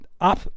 up